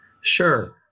Sure